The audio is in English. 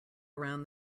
around